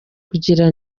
kugira